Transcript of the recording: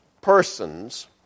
persons